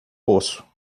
poço